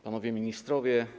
Panowie Ministrowie!